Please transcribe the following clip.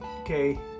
Okay